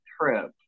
trip